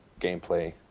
gameplay